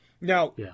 now